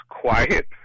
quiet